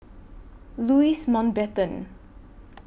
Louis Mountbatten